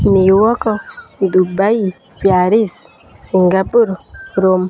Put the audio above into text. New York Dubai Paris Singapore Rome